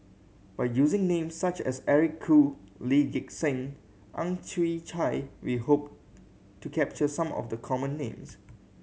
by using names such as Eric Khoo Lee Gek Seng and Ang Chwee Chai we hope to capture some of the common names